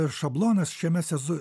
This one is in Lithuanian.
šablonas šiame sezo